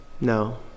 No